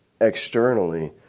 externally